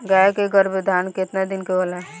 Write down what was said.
गाय के गरभाधान केतना दिन के होला?